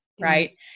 right